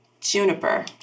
Juniper